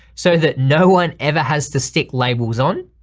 so that no one ever has to stick labels on.